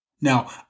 Now